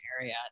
area